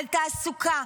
על תעסוקה,